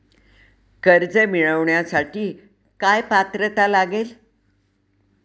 कर्ज मिळवण्यासाठी काय पात्रता लागेल?